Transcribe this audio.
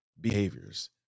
behaviors